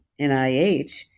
nih